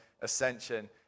Ascension